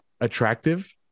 attractive